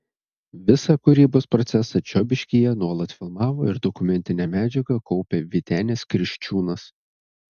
visą kūrybos procesą čiobiškyje nuolat filmavo ir dokumentinę medžiagą kaupė vytenis kriščiūnas